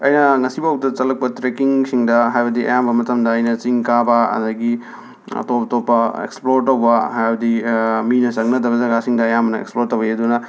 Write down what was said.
ꯑꯩꯅ ꯉꯁꯤꯐꯥꯎꯗ ꯆꯠꯂꯛꯄ ꯇ꯭ꯔꯦꯀꯤꯡꯁꯤꯡꯗ ꯍꯥꯏꯕꯗꯤ ꯑꯌꯥꯝꯕ ꯃꯇꯝꯗ ꯑꯩꯅ ꯆꯤꯡ ꯀꯥꯕ ꯑꯗꯒꯤ ꯑꯇꯣꯞ ꯑꯇꯣꯞꯄ ꯑꯣꯛꯁꯄ꯭ꯂꯣꯔ ꯇꯧꯕ ꯍꯥꯏꯕꯗꯤ ꯃꯤꯅ ꯆꯪꯅꯗꯕ ꯖꯒꯥꯁꯤꯡꯗ ꯑꯌꯥꯝꯕꯅ ꯑꯦꯛꯁꯄ꯭ꯂꯣꯔ ꯇꯧꯏ ꯑꯗꯨꯅ